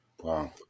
Wow